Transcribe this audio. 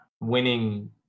winning